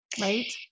right